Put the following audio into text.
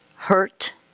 Hurt